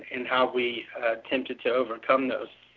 and how we attempted to overcome those.